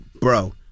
bro